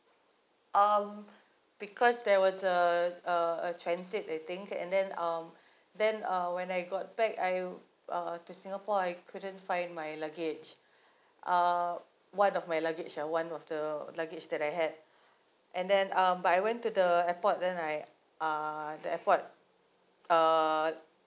um because there was a a a transit I think and then um then uh when I got back I uh to singapore I couldn't find my luggage uh one of my luggage are one of the luggage that I had and then um but I went to the airport then I uh the airport uh